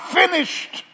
finished